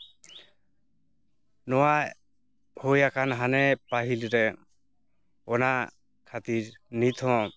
ᱱᱚᱣᱟ ᱦᱩᱭᱟᱠᱟᱱ ᱦᱟᱱᱮ ᱯᱟᱹᱦᱤᱞ ᱨᱮ ᱚᱱᱟ ᱠᱷᱟᱹᱛᱤᱨ ᱱᱤᱛ ᱦᱚᱸ